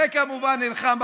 וכמובן נלחם,